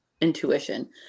intuition